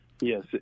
yes